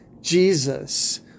Jesus